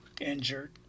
injured